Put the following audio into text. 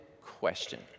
question